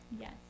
yes